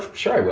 sure i will.